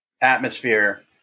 atmosphere